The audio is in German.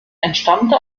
entstammte